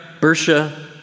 Bersha